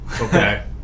Okay